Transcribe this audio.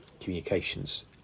communications